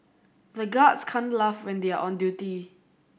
the guards can't laugh when they are on duty